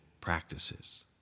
practices